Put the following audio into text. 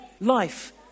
life